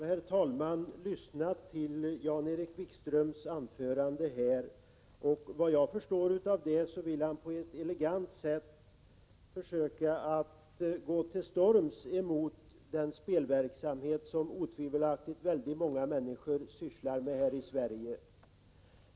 Herr talman! Jag har lyssnat till Jan-Erik Wikströms anförande, och enligt vad jag kan förstå vill han på ett elegant sätt gå till storms mot den spelverksamhet som otvivelaktigt väldigt många människor i Sverige sysslar med.